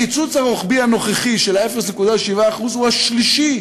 הקיצוץ הרוחבי הנוכחי של ה-0.7% הוא השלישי